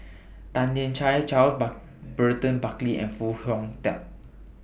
Tan Lian Chye Charles Burton Buckley and Foo Hong Tatt